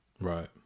right